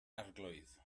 arglwydd